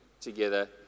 together